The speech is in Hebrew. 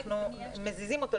אנחנו מזיזים אותו.